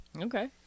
Okay